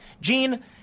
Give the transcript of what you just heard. Gene